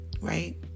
right